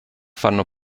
fanno